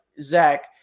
Zach